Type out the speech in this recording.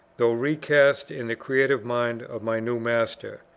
though recast in the creative mind of my new master.